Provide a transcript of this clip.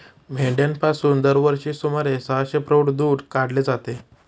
मेंढ्यांपासून दरवर्षी सुमारे सहाशे पौंड दूध काढले जाते